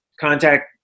contact